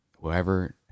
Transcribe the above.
whoever